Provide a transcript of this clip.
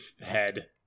head